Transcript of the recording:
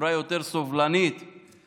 חברה סובלנית יותר,